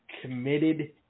committed